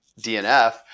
DNF